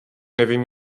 nevím